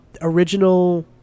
original